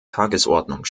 tagesordnung